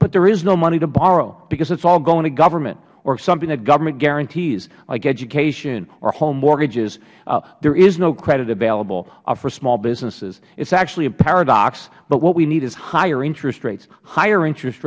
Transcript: else there is no money to borrow because it is all going to government or something that government guarantees like education or home mortgages there is no credit available for small businesses it is actually a paradox but what we need is higher interest rates higher interest